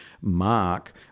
mark